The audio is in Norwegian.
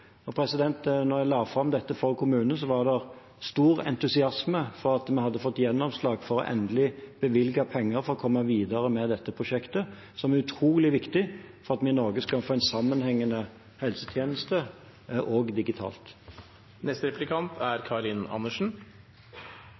jeg la fram dette for kommunene, var det stor entusiasme for at vi hadde fått gjennomslag for endelig å bevilge penger for å komme videre med dette prosjektet, som er utrolig viktig for at vi i Norge skal få en sammenhengende helsetjeneste, også digitalt. I kommunehelsetjenesten og i sjukehusene er